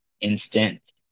instant